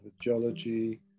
geology